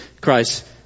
Christ